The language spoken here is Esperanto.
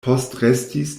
postrestis